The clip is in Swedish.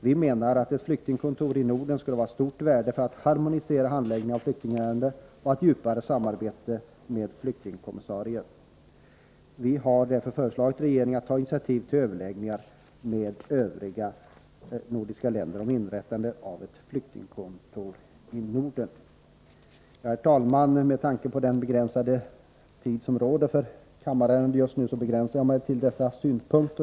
Vi menar att ett flyktingkontor i Norden skulle vara av stort värde för att harmonisera handläggningen av flyktingärenden och för att skapa ett djupare samarbete med flyktingkommissariatet. Vi har därför föreslagit regeringen att ta initiativ till överläggningar med övriga nordiska länder om inrättande av ett flyktingkontor i Norden. Herr talman! Med hänsyn till den tidsbrist som just nu råder i kammaren begränsar jag mig till dessa synpunkter.